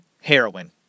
heroin